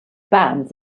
bands